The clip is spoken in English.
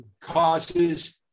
causes